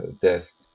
death